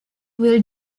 will